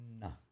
No